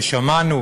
כששמענו